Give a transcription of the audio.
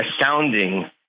astounding